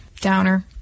Downer